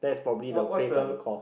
what what's the